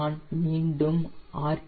நான் மீண்டும் ஆர்